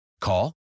call